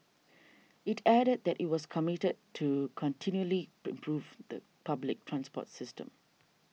it added that it was committed to continually improving the public transport system